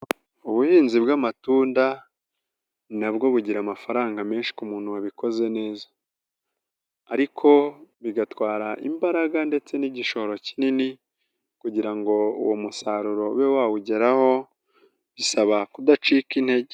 Ubuhinzi bw'amatunda na bwo bugira amafaranga menshi ku muntu wabikoze neza, ariko bigatwara imbaraga ndetse n'igishoro kinini kugira ngo uwo musaruro ube wawugeraho bisaba kudacika intege.